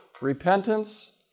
repentance